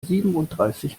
siebenunddreißig